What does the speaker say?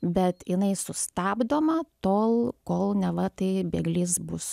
bet jinai sustabdoma tol kol neva tai bėglys bus